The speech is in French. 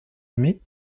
aimé